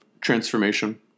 transformation